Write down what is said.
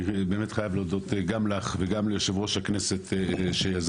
אני באמת חייב להודות גם לך וגם ליושב ראש הכנסת שיזם